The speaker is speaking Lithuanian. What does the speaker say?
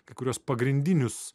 kai kuriuos pagrindinius